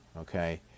Okay